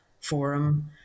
Forum